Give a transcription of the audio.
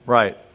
right